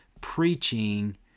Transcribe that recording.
preaching